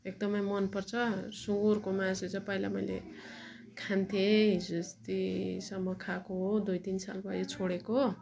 एकदमै मन पर्छ सुँगुरको मासु चाहिँ पहिला मैले खान्थेँ है हिजो अस्तिसम्म खाएको हो दुई तिन साल भयो छोडेको